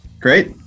Great